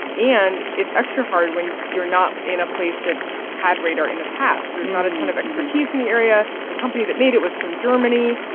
and it's extra hard when you're not in a place that's had radar in the past. there's not a ton of expertise in the area. the company that made it was from germany.